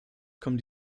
kommen